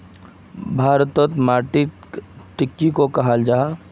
भारत तोत माटित टिक की कोहो जाहा?